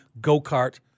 go-kart